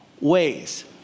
ways